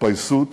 התפייסות